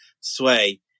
Sway